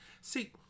See